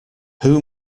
who